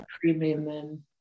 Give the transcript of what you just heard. premium